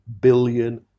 billion